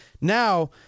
Now –